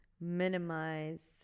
minimize